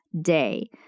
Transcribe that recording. day